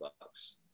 Bucks